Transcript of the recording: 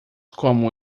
como